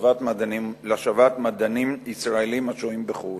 להשבת מדענים ישראלים השוהים בחוץ-לארץ.